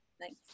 Thanks